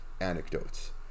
anecdotes